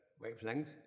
wavelength